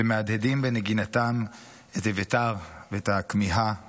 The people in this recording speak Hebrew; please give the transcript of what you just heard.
ומהדהדים בנגינתם את אביתר ואת הכמיהה לשובו.